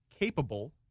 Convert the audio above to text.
capable